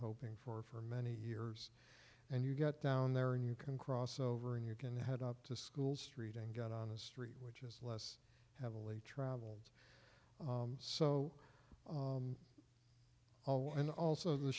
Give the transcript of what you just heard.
hoping for for many years and you get down there and you can cross over and you can head up to school street and get on a street which is less heavily traveled so oh and also the